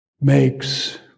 makes